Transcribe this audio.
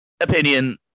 opinion